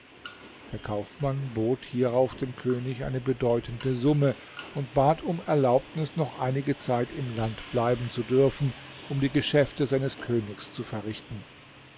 der kaufmann bot hierauf dem könig eine bedeutende summe und bat um erlaubnis noch einige zeit im land bleiben zu dürfen um die geschäfte seines königs zu verrichten